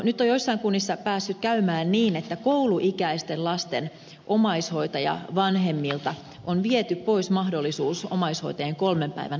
nyt on joissain kunnissa päässyt käymään niin että kouluikäisten lasten omaishoitajavanhemmilta on viety pois mahdollisuus omaishoitajien kolmen päivän lakisääteiseen vapaaseen